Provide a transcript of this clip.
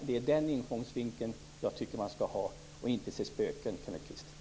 Den ingångsvinkeln borde man ha och inte se spöken, Kenneth Kvist.